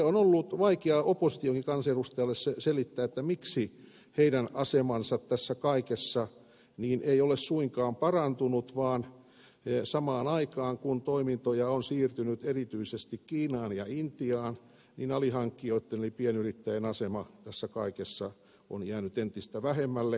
on ollut vaikea oppositionkin kansanedustajalle selittää miksi heidän asemansa tässä kaikessa ei ole suinkaan parantunut vaan samaan aikaan kun toimintoja on siirtynyt erityisesti kiinaan ja intiaan alihankkijoitten eli pienyrittäjien asema tässä kaikessa on jäänyt entistä vähemmälle